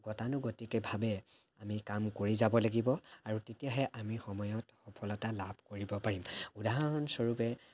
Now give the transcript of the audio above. গতানুগতিকভাৱে আমি কাম কৰি যাব লাগিব আৰু তেতিয়াহে আমি সময়ত সফলতা লাভ কৰিম উদাহৰণস্বৰূপে